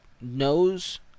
knows